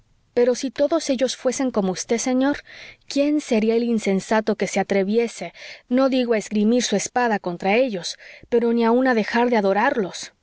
pero si todos ellos fuesen como vd señor quién sería el insensato que se atreviese no digo a esgrimir su espada contra ellos pero ni aun a dejar de adorarlos